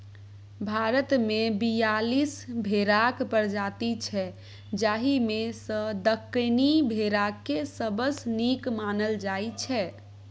भारतमे बीयालीस भेराक प्रजाति छै जाहि मे सँ दक्कनी भेराकेँ सबसँ नीक मानल जाइ छै